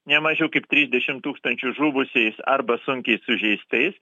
ne mažiau kaip tridešim tūkstančių žuvusiais arba sunkiai sužeistais